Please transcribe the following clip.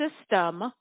system